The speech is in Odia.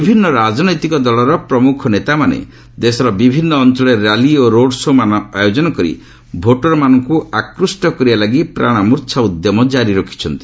ବିଭିନ୍ନ ରାଜନୈତିକ ଦଳର ପ୍ରମୁଖ ନେତା ଦେଶର ବିଭିନ୍ନ ଅଞ୍ଚଳରେ ର୍ୟାଲି ଓ ରୋଡ ଶୋ'ମାନ ଆୟୋଜନ କରି ଭୋଟର ମାନଙ୍କୁ ଆକୃଷ୍ଟ କରିବା ଲାଗି ପ୍ରାଣମୂର୍ଚ୍ଚା ଉଦ୍ୟମ ଜାରି ରଖିଛନ୍ତି